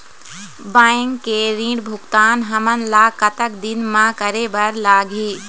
Bank के ऋण भुगतान हमन ला कतक दिन म करे बर लगही?